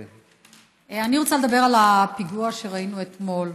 אני רוצה לדבר על הפיגוע שראינו אתמול,